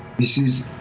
this is